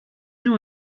know